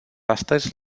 astăzi